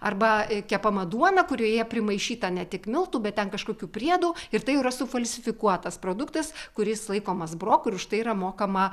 arba kepama duona kurioje primaišyta ne tik miltų bet ten kažkokių priedų ir tai yra sufalsifikuotas produktas kuris laikomas broku ir už tai yra mokama